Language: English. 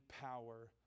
power